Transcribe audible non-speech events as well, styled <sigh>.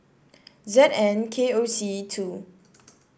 <noise> Z N K O C two <noise>